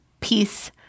Peace